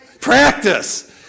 Practice